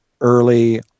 early